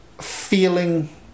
feeling